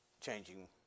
changing